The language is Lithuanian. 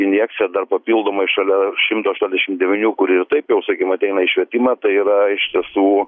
injekcija dar papildomai šalia šimto aštuoniasdešimt devynių kurie ir taip jau sakykim ateina į švietimą tai yra iš tiesų